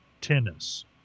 tennis